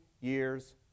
years